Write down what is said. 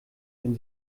wenn